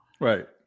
right